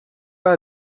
pas